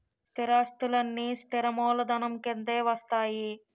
స్థిరాస్తులన్నీ స్థిర మూలధనం కిందే వస్తాయి